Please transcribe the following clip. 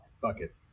bucket